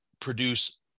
produce